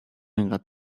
اینقدر